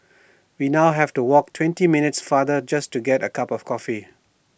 we now have to walk twenty minutes farther just to get A cup of coffee